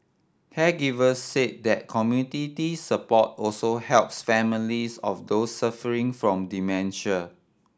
caregivers said that community support also helps families of those suffering from dementia